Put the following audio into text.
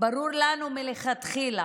לנו מלכתחילה.